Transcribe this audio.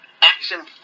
Action